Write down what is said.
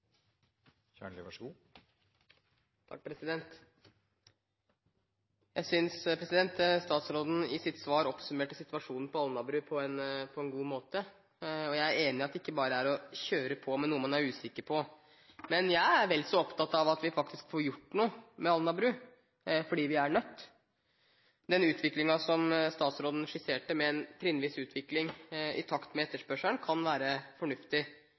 er vel så opptatt av at vi faktisk får gjort noe med Alnabru fordi vi er nødt. Den utviklingen som statsråden skisserte, med en trinnvis utvikling i takt med etterspørselen, kan være fornuftig,